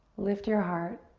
lift your heart,